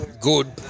good